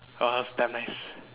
!wah! that was damn nice